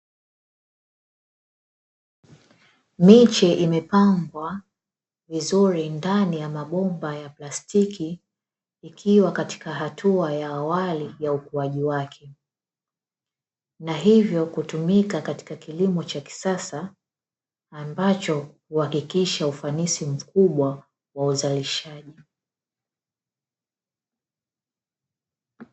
Miche imepangwa vizuri ndani ya mabomba ya plastiki, ikiwa katika hatua ya awali ya ukuaji wake. Na hivyo kutumika katika kilimo cha kisasa, ambacho kuhakikisha ufanisi mkubwa wa uzalishaji.